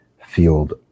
field